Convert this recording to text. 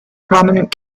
prominent